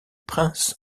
prince